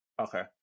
Okay